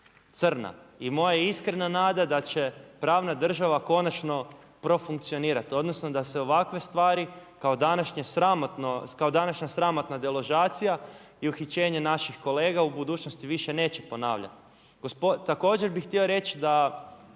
I moja je iskrena nada da će pravna država konačno profunkcionirati, odnosno da se ovakve stvari kao današnja sramotna deložacija i uhićenje naših kolega u budućnosti više neće ponavljati. Također bih htio reći da